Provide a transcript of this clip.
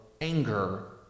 anger